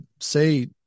say